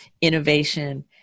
innovation